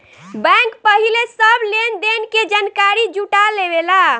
bank पहिले सब लेन देन के जानकारी जुटा लेवेला